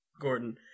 Gordon